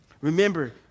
Remember